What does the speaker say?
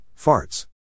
farts